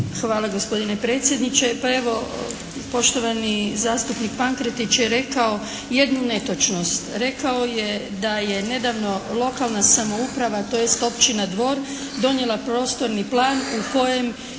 Hvala gospodine predsjedniče. Pa evo poštovani zastupnik Pankretić je rekao jednu netočnost. Rekao je da je nedavno lokalna samouprava tj. općina Dvor donijela prostorni plan u kojem